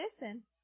listen